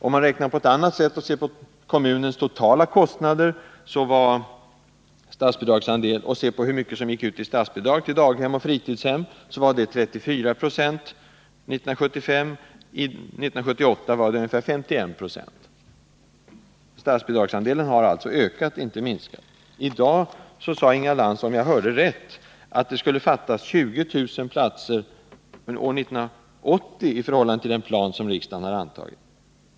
Om man räknar på ett annat sätt och ser på kommunens totala kostnader och hur mycket som gick ut i statsbidrag till daghem och fritidshem, finner man att bidragsandelen var 34 926 år 1975. För 1978 var den ungefär 51 96. Statsbidragsandelen har alltså ökat, inte minskat. I dag sade Inga Lantz, om jag hörde rätt, att det skulle komma att fattas 20 000 platser år 1980 i förhållande till den plan som riksdagen antagit.